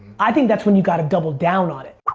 i think that's when you got to double down on it.